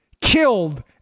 killed